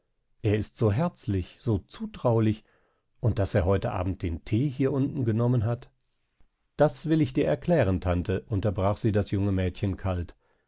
er ist so herzlich so zutraulich und daß er heute abend den thee hier unten genommen hat das will ich dir erklären tante unterbrach sie das junge mädchen kalt